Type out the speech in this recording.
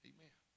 Amen